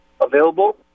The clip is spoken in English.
available